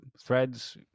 threads